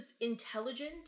intelligent